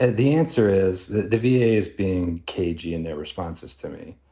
ah the answer is the the v a. is being cagey in their responses to me.